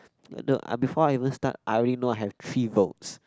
no before I even start I already know I have three votes